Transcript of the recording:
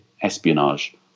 espionage